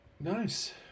Nice